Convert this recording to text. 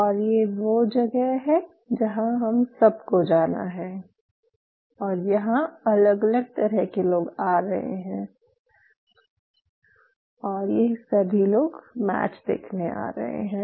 और ये वो जगह हैं जहाँ हम सबको जाना है और यहाँ अलग अलग तरह के लोग आ रहे हैं और ये सभी लोग मैच देखने आ रहे हैं